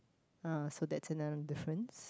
ah so that's another difference